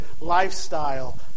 lifestyle